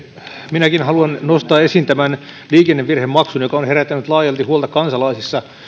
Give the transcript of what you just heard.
minäkin haluan nostaa esiin tämän liikennevirhemaksun joka on on herättänyt laajalti huolta kansalaisissa